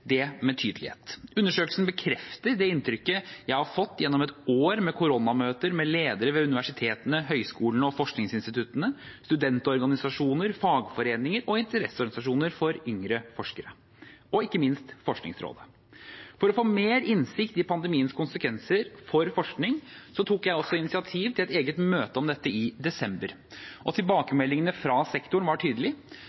det med tydelighet. Undersøkelsen bekrefter det inntrykket jeg har fått gjennom et år med koronamøter med ledere ved universitetene, høyskolene og forskningsinstituttene, studentorganisasjoner, fagforeninger og interesseorganisasjoner for yngre forskere, og ikke minst Forskningsrådet. For å få mer innsikt i pandemiens konsekvenser for forskning tok jeg også initiativ til et eget møte om dette i desember. Tilbakemeldingene fra sektoren var tydelige: Smitteverntiltakene har påvirket vilkårene for forskning og